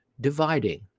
dividing